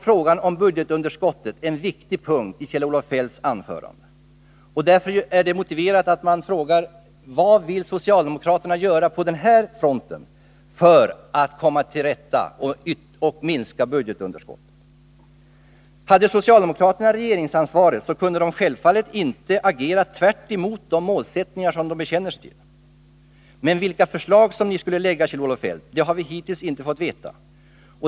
Frågan om budgetunderskottet var ju en viktig punkt i Kjell-Olof Feldts anförande, och därför är det motiverat att fråga: Vad vill socialdemokraterna göra på den här fronten för att komma till rätta med och minska budgetunderskottet? Hade socialdemokraterna regeringsansvaret kunde de självfallet inte agera tvärtemot de målsättningar som de bekänner sig till. Men vilka förslag ni då skulle lägga fram, Kjell-Olof Feldt, har vi hittills inte fått veta.